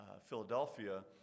Philadelphia